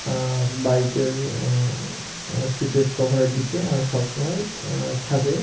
বাইকের সিটের কভারের নিচে আমি সব সময় থাকে